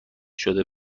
شده